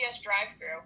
drive-through